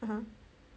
(uh huh)